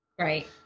Right